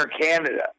Canada